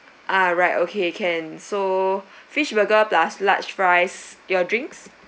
ah right okay can so fish burger plus large fries your drinks